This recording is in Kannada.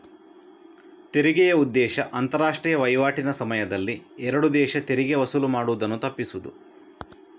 ತೆರಿಗೆಯ ಉದ್ದೇಶ ಅಂತಾರಾಷ್ಟ್ರೀಯ ವೈವಾಟಿನ ಸಮಯದಲ್ಲಿ ಎರಡು ದೇಶ ತೆರಿಗೆ ವಸೂಲು ಮಾಡುದನ್ನ ತಪ್ಪಿಸುದು